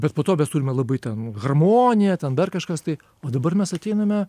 bet po to mes turime labai ten harmoniją ten dar kažkas tai o dabar mes ateiname